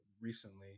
recently